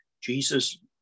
Jesus